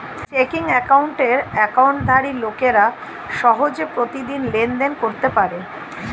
checking অ্যাকাউন্টের অ্যাকাউন্টধারী লোকেরা সহজে প্রতিদিন লেনদেন করতে পারে